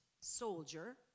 soldier